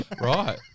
Right